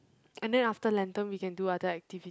and then after lantern we can do other activi~